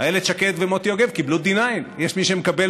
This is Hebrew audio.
איילת שקד ומוטי יוגב קיבלו D9. יש מי שמקבל